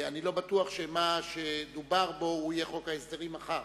אני לא בטוח שמה שדובר בו הוא יהיה חוק ההסדרים מחר.